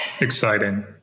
Exciting